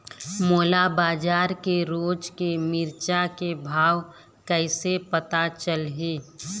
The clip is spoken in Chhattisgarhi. मोला बजार के रोज के मिरचा के भाव कइसे पता चलही?